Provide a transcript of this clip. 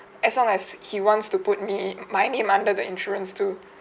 as long as he wants to put me my name under the insurance too